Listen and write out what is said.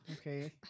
Okay